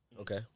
Okay